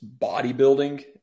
bodybuilding